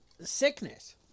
sickness